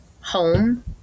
home